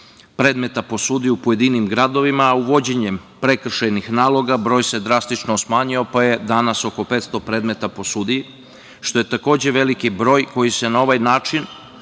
predmeta po sudiji u pojedinim gradovima, a uvođenjem prekršajnih naloga broj se drastično smanjio pa je danas oko 500 predmeta po sudiji, što je takođe veliki broj koji se na ovaj način